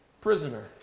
prisoner